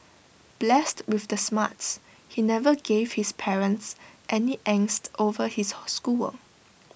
blessed with the smarts he never gave his parents any angst over his schoolwork